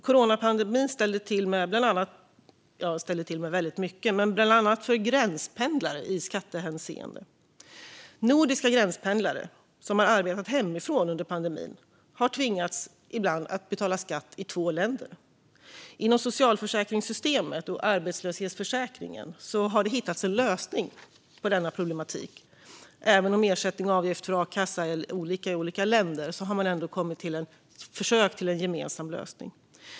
Coronapandemin ställde till med mycket, bland annat för gränspendlare i skattehänseende. Nordiska gränspendlare som har arbetat hemifrån under pandemin har ibland tvingats betala skatt i två länder. Inom socialförsäkringssystemet och arbetslöshetsförsäkringen har det hittats en lösning på detta problem. Även om ersättning och avgift för a-kassa är olika i olika länder har man ändå försökt komma fram till en gemensam lösning.